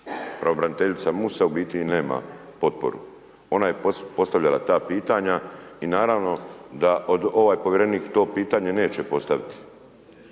pravobraniteljica Musa u biti i nema potporu, ona je postavljala ta pitanja i naravno da od ovaj povjerenik to pitanje neće postaviti,